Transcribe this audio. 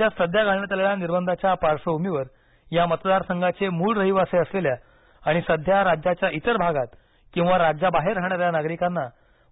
राज्यात सध्या घालण्यात आलेल्या निर्बंधांच्या पार्श्वभूमीवर या मतदारसंघाचे मूळ रहिवासी असलेल्या आणि सध्या राज्याच्या इतर भागात किंवा राज्याबाहेर राहणाऱ्या नागरिकांना